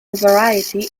variety